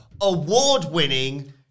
award-winning